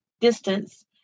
distance